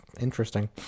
interesting